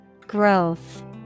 Growth